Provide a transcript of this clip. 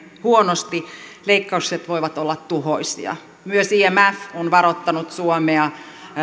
huonosti leikkaukset voivat olla tuhoisia myös imf on varoittanut suomea